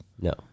No